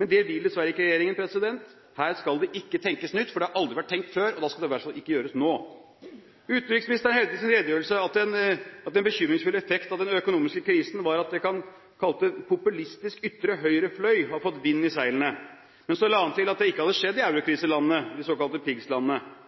Men det vil dessverre ikke regjeringen, her skal det ikke tenkes nytt, for det er aldri vært tenkt før, og da skal det i hvert fall ikke gjøres nå. Utenriksministeren hevdet i sin redegjørelse at en bekymringsfull effekt av den økonomiske krisen var at det han kalte en populistisk høyrefløy, har fått vind i seilene. Men så la han til at det ikke hadde skjedd i eurokriselandene – de såkalte